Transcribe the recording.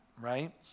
right